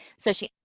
so, she